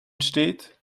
steht